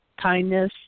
kindness